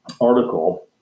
article